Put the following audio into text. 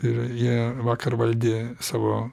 ir jie vakar valdė savo